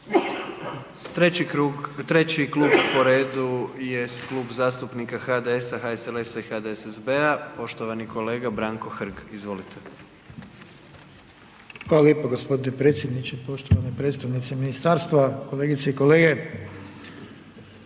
Treći klub po redu jest Klub zastupnika HDS-a, HSLS-a i HDSSB-a poštovani kolega Branko Hrg. Izvolite. **Hrg, Branko (HDS)** Hvala lijepo. Gospodine predsjedniče, poštovani predstavnici ministarstva, kolegice i kolege.